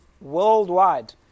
worldwide